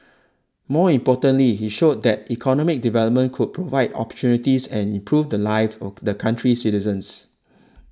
more importantly he showed that economic development could provide opportunities and improve the lives of the country's citizens